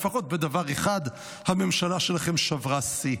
לפחות בדבר אחד הממשלה שלכם שברה שיא.